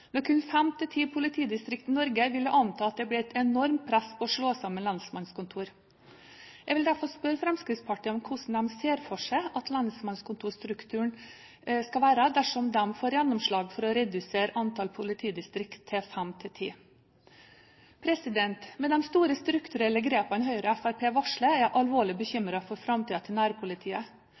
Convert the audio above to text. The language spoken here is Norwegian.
Med kun 5–10 politidistrikt i Norge vil jeg anta at det blir et enormt press på å slå sammen lensmannskontor. Jeg vil derfor spørre Fremskrittspartiet om hvordan de ser for seg at lensmannskontorsstrukturen skal være dersom de får gjennomslag for å redusere antall politidistrikt til 5–10. Med de store strukturelle grepene Høyre og Fremskrittspartiet varsler, er jeg alvorlig bekymret for framtiden til nærpolitiet,